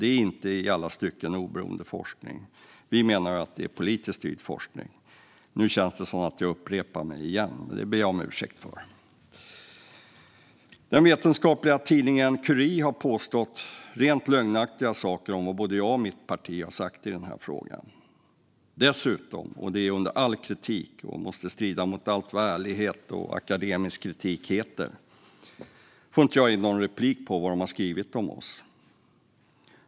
Det är inte i alla stycken oberoende forskning. Vi menar att det är politiskt styrd forskning. Nu känns det som om jag upprepar mig, och det ber jag om ursäkt för. Den vetenskapliga tidningen Curie har påstått rent lögnaktiga saker om vad både jag och mitt parti sagt i denna fråga. Dessutom - och detta är under all kritik och måste strida mot allt vad ärlighet och akademisk kritik heter - får jag inte ge någon replik på vad de skrivit om oss.